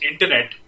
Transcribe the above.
internet